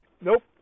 Nope